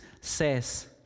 says